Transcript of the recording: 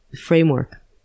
framework